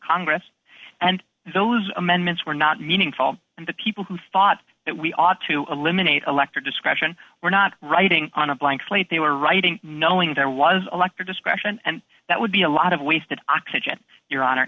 congress and those amendments were not meaningful and the people who thought that we ought to eliminate elector discretion were not writing on a blank slate they were writing knowing there was a lector discretion and that would be a lot of wasted oxygen your honor